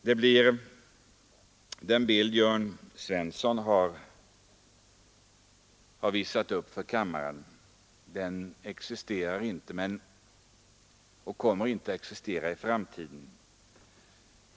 Den bild som herr Jörn Svensson har visat upp för kammaren existerar inte och kommer inte att existera i framtiden, hoppas jag.